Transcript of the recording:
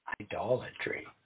idolatry